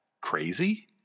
crazy